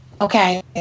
okay